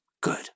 good